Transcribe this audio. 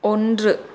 ஒன்று